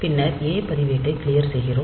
பின்னர் ஏ பதிவேட்டை க்ளியர் செய்கிறோம்